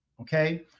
okay